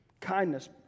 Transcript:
kindness